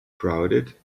crowded